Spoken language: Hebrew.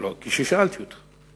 כששאלתי אותו.